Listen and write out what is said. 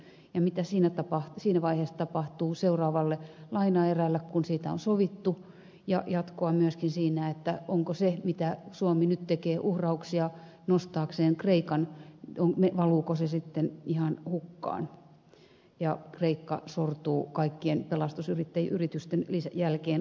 ja mitä siinä vaiheessa tapahtuu seuraavalle lainaerälle kun siitä on sovittu ja jatkona myöskin että valuuko se mitä uhrauksia suomi nyt tekee nostaakseen kreikan sitten ihan hukkaan ja kreikka sortuu kaikkien pelastusyritysten jälkeen kuitenkin